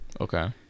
Okay